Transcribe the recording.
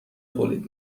تولید